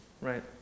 right